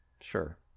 Sure